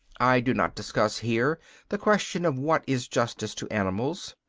i do not discuss here the question of what is justice to animals.